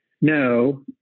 no